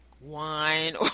wine